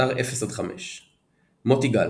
באתר "אפס עד 5" מוטי גל,